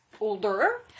older